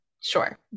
Sure